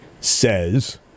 says